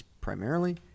primarily